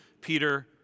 Peter